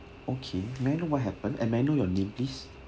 okay may I know what happened and may I know your name please